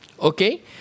okay